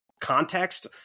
context